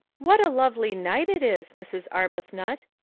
what a lovely night it is, mrs. arbuthnot.